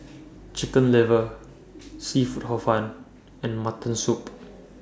Chicken Liver Seafood Hor Fun and Mutton Soup